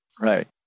Right